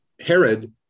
Herod